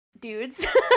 dudes